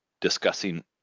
discussing